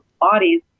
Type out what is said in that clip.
bodies